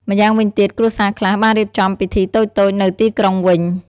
ម្យ៉ាងវិញទៀត គ្រួសារខ្លះបានរៀបចំពិធីតូចៗនៅទីក្រុងវិញ។